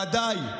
ודאי,